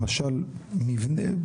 למשל המבנה,